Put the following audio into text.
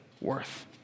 worth